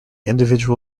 individual